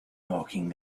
filled